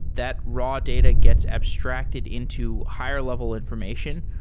that raw data gets abstracted into higher level information.